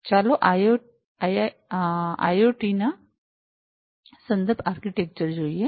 ચાલો આઈઆઈઑટી સંદર્ભ આર્કિટેક્ચર જોઈએ